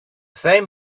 same